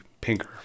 Pinker